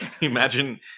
imagine